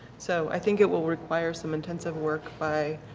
so i think it will require some intensive work by